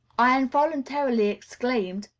i involuntarily exclaimed,